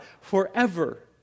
forever